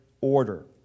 order